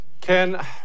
Ken